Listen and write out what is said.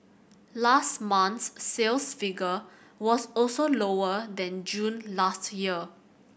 last month's sales figure was also lower than June last year